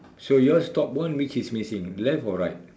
so yours top one which is missing left or right